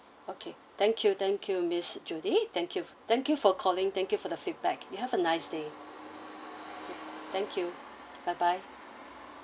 okay thank you thank you miss judy thank you thank you for calling thank you for the feedback you have a nice day thank you bye bye